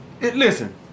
Listen